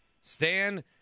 Stan